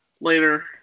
later